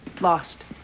Lost